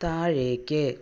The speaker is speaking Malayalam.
താഴേക്ക്